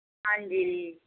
ਹਾਂਜੀ